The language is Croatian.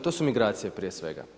To su migracije prije svega.